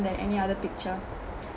than any other picture